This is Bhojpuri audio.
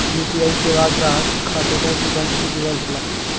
यू.पी.आई सेवा ग्राहक के बैंक खाता से जुड़ल होला